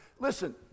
listen